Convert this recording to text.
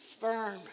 firm